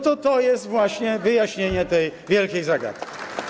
To jest właśnie wyjaśnienie tej wielkiej zagadki.